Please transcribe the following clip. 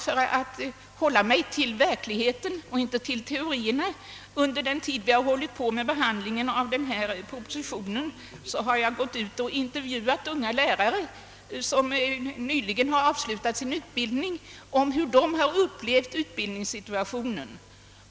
För att hålla mig till verkligheten och inte till teorierna har jag under den tid vi hållit på med behandlingen av denna proposition intervjuat unga lärare, som nyligen har avslutat sin utbildning, om hur de har upplevt situationen.